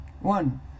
One